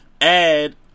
add